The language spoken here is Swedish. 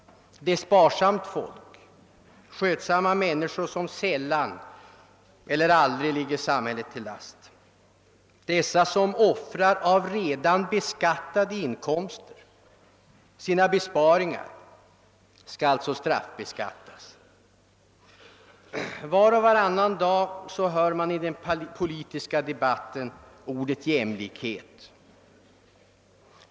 Det är sparsamma, skötsamma människor som sällan eller aldrig ligger samhället till last. Dessa, som av redan beskattade inkomster offrar sina besparingar, skall alltså straffbeskattas. Var och varannan dag hör man i den politiska debatten ordet jämlikhet.